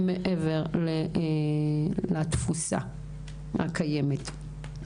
הם מעבר לתפוסה הקיימת.